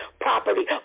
properly